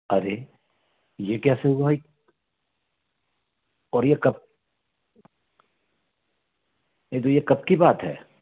अरे ये कैसे हुआ भाई और ये कब नहीं तो ये कब की बात है